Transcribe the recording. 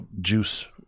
juice